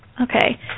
Okay